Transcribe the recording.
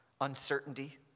uncertainty